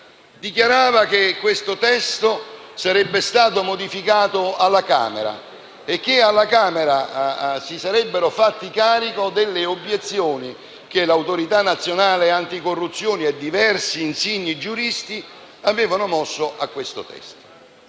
dichiarato che questo testo sarebbe stato modificato alla Camera, dove si sarebbero fatti carico delle obiezioni che l'Autorità nazionale anticorruzione e diversi insigni giuristi hanno mosso su di esso.